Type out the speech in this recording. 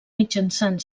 mitjançant